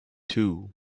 two